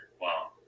Wow